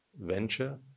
venture